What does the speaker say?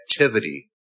activity